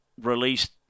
released